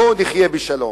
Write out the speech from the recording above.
בואו נחיה בשלום.